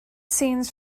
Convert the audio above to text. scenes